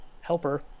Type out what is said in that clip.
helper